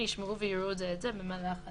ישמעו ויראו זה את זה במהלך הדיון,